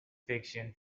fiction